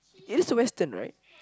it is Western right